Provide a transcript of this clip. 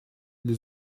для